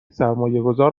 سرمایهگذار